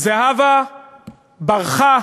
זהבה ברחה,